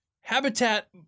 Habitat